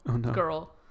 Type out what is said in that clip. girl